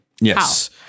yes